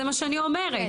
זה מה שאני אומרת.